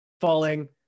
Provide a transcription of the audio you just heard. falling